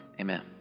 Amen